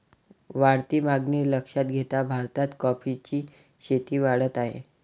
वाढती मागणी लक्षात घेता भारतात कॉफीची शेती वाढत आहे